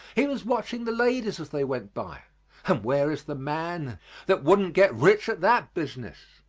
he was watching the ladies as they went by and where is the man that wouldn't get rich at that business?